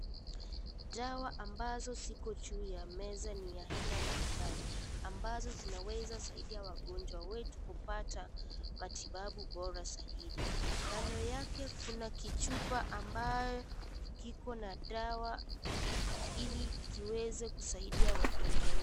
Dawa ambazo ziko juu ya meza ni aina mbalimbali ambazo zinaweza saidia wagonjwa wetu kupata matibabu bora zaidi ,Kando yake kuna kichupa ambayo kiko na dawa ili kiweze kusaidia wagonjwa.